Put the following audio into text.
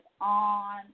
on